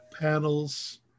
Panels